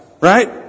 right